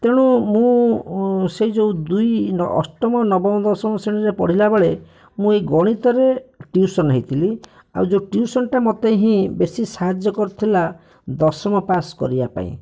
ତେଣୁ ମୁଁ ସେଇ ଯୋଉ ଦୁଇ ଅଷ୍ଟମ ନବମ ଦଶମ ଶ୍ରେଣୀରେ ପଢ଼ିଲାବେଳେ ମୁଁ ଏଇ ଗଣିତରେ ଟିଉସନ୍ ହେଇଥିଲି ଆଉ ଯୋଉ ଟିଉସନ୍ ଟା ମୋତେ ହିଁ ବେଶୀ ସାହାଯ୍ୟ କରିଥିଲା ଦଶମ ପାସ୍ କରିବାପାଇଁ